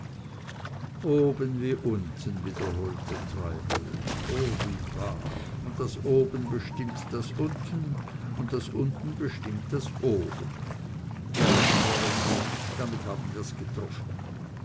oben wie unten wiederholte treibel oh wie wahr und das oben bestimmt das unten und das unten das oben ja fräulein honig damit haben wir's getroffen